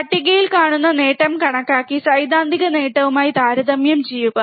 പട്ടികയിൽ കാണുന്ന നേട്ടം കണക്കാക്കി സൈദ്ധാന്തിക നേട്ടവുമായി താരതമ്യം ചെയ്യുക